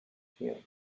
here